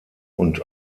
und